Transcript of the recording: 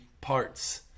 parts